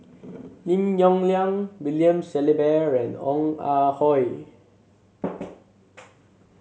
Lim Yong Liang William Shellabear and Ong Ah Hoi